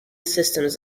systems